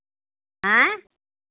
आँय